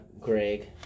Greg